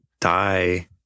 die